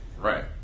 right